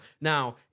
Now